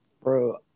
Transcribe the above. Bro